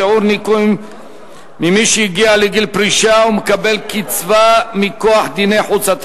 שיעור ניכוי ממי שהגיע לגיל פרישה ומקבל קצבה מכוח דיני חוץ),